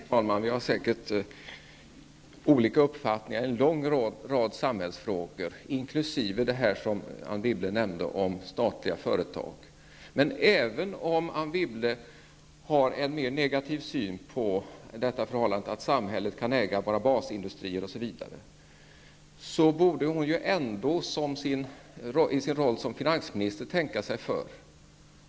Fru talman! Vi har säkert olika uppfattningar i en lång rad samhällsfrågor, inkl. frågan om statliga företag, som Anne Wibble nämnde. Men även om Anne Wibble har en mer negativ syn på att samhället kan äga våra basindustrier, osv., borde hon ändå tänka sig för i sin roll som finansminister.